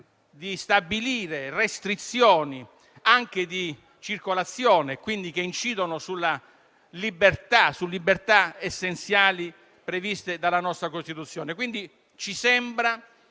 di stabilire restrizioni anche di circolazione, incidono su libertà essenziali previste dalla Costituzione.